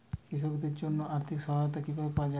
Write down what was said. কৃষকদের জন্য আর্থিক সহায়তা কিভাবে পাওয়া য়ায়?